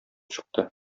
чыкты